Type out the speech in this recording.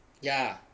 yah